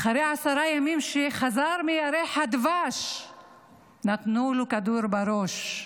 עשרה ימים אחרי שחזר מירח הדבש נתנו לו כדור בראש.